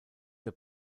der